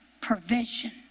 Provision